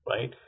right